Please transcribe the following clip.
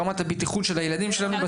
ברמת הבטחות של הילדים שלנו,